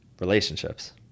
relationships